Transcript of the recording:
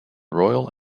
royal